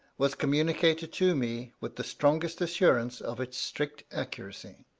was communicated to me with the strongest assurance of its strict accuracy.